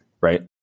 right